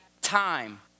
Time